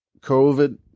COVID